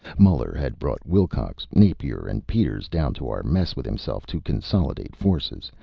muller had brought wilcox, napier and peters down to our mess with himself, to consolidate forces,